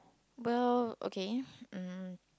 well okay um